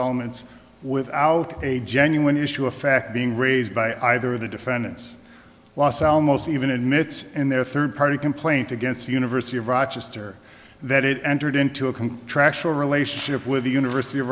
elements without a genuine issue a fact being raised by either the defendant's los alamos even admits in their third party complaint against the university of rochester that it entered into a can track show relationship with the university of